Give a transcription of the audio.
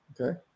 okay